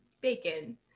bacon